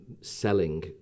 selling